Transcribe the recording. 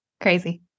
Crazy